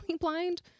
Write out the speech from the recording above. blind